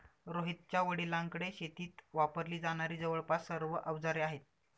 रोहितच्या वडिलांकडे शेतीत वापरली जाणारी जवळपास सर्व अवजारे आहेत